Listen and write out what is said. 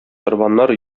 корбаннар